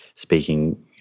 speaking